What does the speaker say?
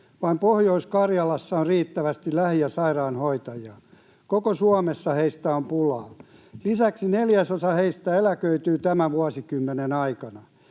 Vain Pohjois-Karjalassa on riittävästi lähi- ja sairaanhoitajia. Koko Suomessa heistä on pulaa. Lisäksi neljäsosa heistä eläköityy tämän vuosikymmenen aikana.